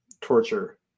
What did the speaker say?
torture